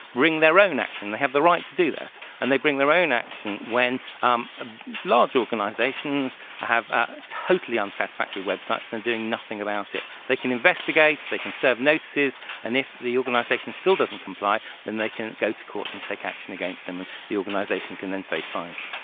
bring their own action they have the right to do that, and they bring their own action when um ah large organisations have ah totally unsatisfactory websites and are doing nothing about it. they can investigate, they can serve notices and if the organisation still doesn't comply then they can go to court and take action against them and the organisation can then face fines.